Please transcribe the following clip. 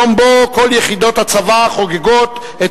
יום שבו כל יחידות הצבא חוגגות את